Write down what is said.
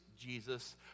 Jesus